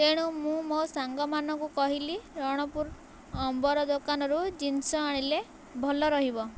ତେଣୁ ମୁଁ ମୋ ସାଙ୍ଗମାନଙ୍କୁ କହିଲି ରଣପୁର ଅମ୍ବର ଦୋକାନରୁ ଜିନିଷ ଆଣିଲେ ଭଲ ରହିବ